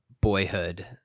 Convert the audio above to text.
Boyhood